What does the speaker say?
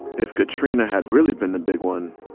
if katrina had really been the big one,